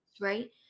Right